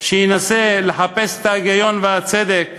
שינסה לחפש את ההיגיון והצדק